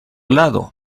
lado